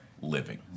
living